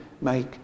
make